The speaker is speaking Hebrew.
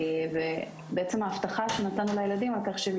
ובעצם ההבטחה שנתנו לילדים על-כך שהם